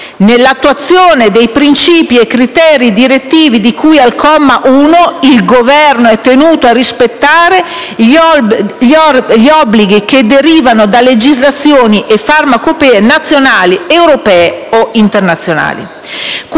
«Nell'attuazione dei principi e criteri direttivi di cui al comma 1, il Governo è tenuto a rispettare gli obblighi che derivano da legislazioni o farmacopee nazionali, europee o internazionali».